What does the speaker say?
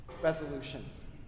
resolutions